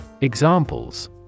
Examples